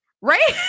Right